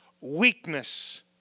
weakness